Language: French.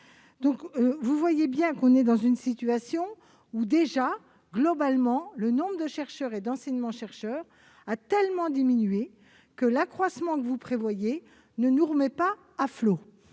Vous le voyez bien, nous sommes dans une situation où, déjà, globalement, le nombre de chercheurs et d'enseignants-chercheurs a tellement diminué que l'accroissement que vous prévoyez ne nous remet pas à flot,